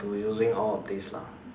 to using all of this lah